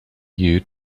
you